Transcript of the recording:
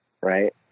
right